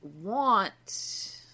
want